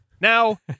Now